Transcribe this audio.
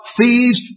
thieves